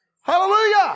Hallelujah